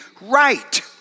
right